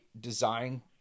design